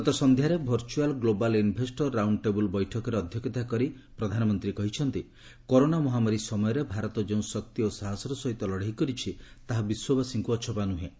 ଗତସନ୍ଧ୍ୟାରେ virtual global investor round table ବୈଠକରେ ଅଧ୍ୟକ୍ଷତା କରି କହିଛନ୍ତି କରୋନା ମହାମାରୀ ସମୟରେ ଭାରତ ଯେଉଁ ଶକ୍ତି ଓ ସାହସର ସହିତ ଲଡ଼େଇ କରିଛି ତାହା ବିଶ୍ୱବାସୀଙ୍କୁ ଅଛପା ନୁହେଁ